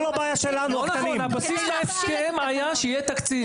הבסיס בהסכם היה שיהיה תקציב.